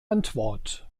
antwort